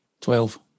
Twelve